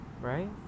right